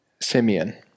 Simeon